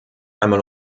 einmal